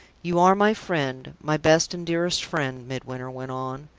you are my friend my best and dearest friend, midwinter went on.